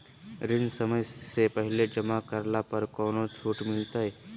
ऋण समय से पहले जमा करला पर कौनो छुट मिलतैय?